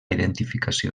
identificació